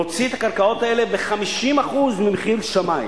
להוציא את הקרקעות האלה ב-50% ממחיר שמאי